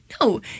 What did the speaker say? no